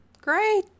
Great